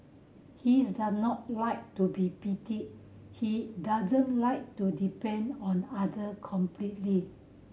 he is does not like to be pitied he doesn't like to depend on other completely